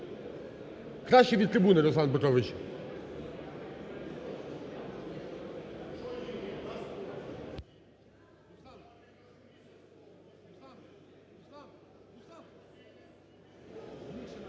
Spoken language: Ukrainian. Краще від трибуни, Руслан Петрович.